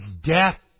death